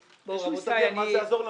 אז זה שהוא ייסגר מה זה יעזור לנו?